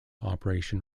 operation